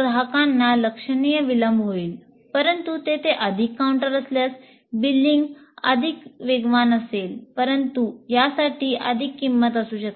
अधिक वेगवान होईल परंतु यासाठी अधिक किंमत असू शकते